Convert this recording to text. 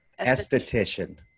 Esthetician